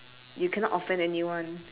you cannot offend anyone